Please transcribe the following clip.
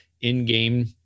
in-game